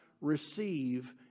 receive